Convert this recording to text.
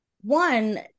one